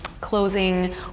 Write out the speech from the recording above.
closing